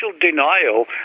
denial